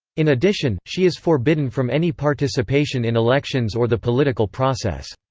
in addition, she is forbidden from any participation in elections or the political process.